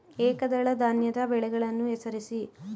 ಏಕದಳ ಧಾನ್ಯದ ಬೆಳೆಗಳನ್ನು ಹೆಸರಿಸಿ?